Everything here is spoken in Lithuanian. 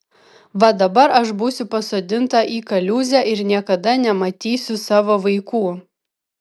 va dabar aš būsiu pasodinta į kaliūzę ir niekada nematysiu savo vaikų